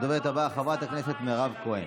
הדוברת הבאה, חברת הכנסת מירב כהן.